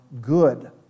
good